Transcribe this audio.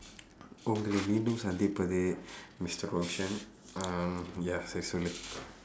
உங்களை மீண்டும் சந்திப்பது:ungkalai miindum sandthippathu mister roshan um சரி சொல்லு:sari sollu